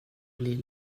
blir